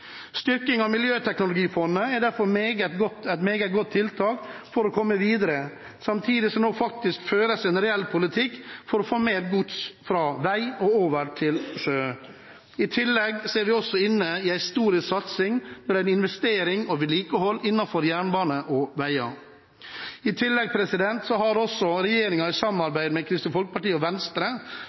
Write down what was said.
Styrking av Miljøteknologifondet er derfor et meget godt tiltak for å komme videre, samtidig som det nå føres en reell politikk for å få mer gods fra vei og over til sjø. I tillegg er vi inne i en historisk satsing når det gjelder investering i og vedlikehold av jernbane og veier. I tillegg har regjeringen, i samarbeid med Kristelig Folkeparti og Venstre,